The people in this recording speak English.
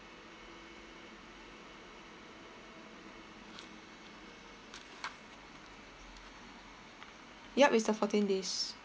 yup it's the fourteen days